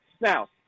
Now